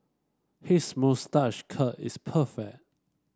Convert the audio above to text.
his moustache curl is perfect